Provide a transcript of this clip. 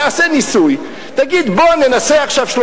נעשה ניסוי,